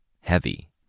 heavy